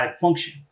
function